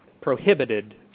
prohibited